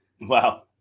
Wow